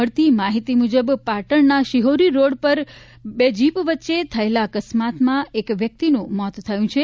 મળતી માહિતી મુજબ પાટણના શિહોરી રોડ પર બે જીપ વચ્ચે થયેલા અકસ્માતમાં એક વ્યક્તિનું મોત થયું છે